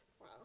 wow